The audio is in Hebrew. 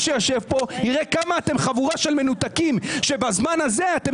שיושב פה יראה כמה אתם חבורה של מנותקים שבזמן הזה אתם